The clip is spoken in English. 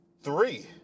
Three